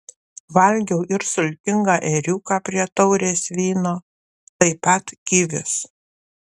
valgiau ir sultingą ėriuką prie taurės vyno taip pat kivius